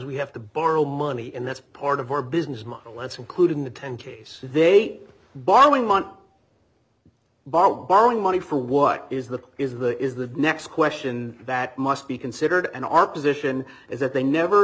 we have to borrow money and that's part of our business model that's included in the ten k s they borrowing money borrowed borrowing money for what is the is the is the next question that must be considered and our position is that they never